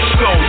go